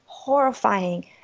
Horrifying